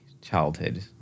childhood